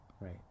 Right